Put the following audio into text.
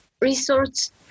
resource